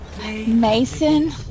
Mason